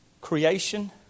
Creation